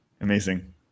Amazing